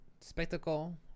spectacle